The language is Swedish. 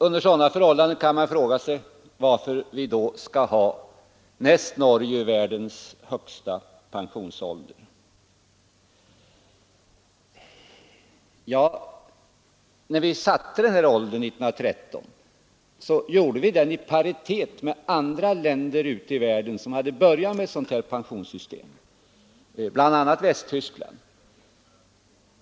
Under sådana förhållanden kan man ju fråga varför vi då skall ha den näst Norge högsta pensionsåldern i världen. När vi 1913 antog den nu gällande åldersgränsen blev den satt i paritet med andra länders ute i världen, där man hade börjat med ett pensionssystem, bl.a. Västtyskland.